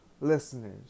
listeners